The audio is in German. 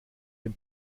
dem